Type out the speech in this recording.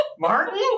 Martin